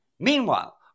Meanwhile